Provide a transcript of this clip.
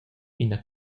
ina